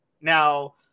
Now